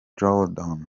jordin